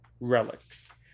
relics